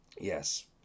Yes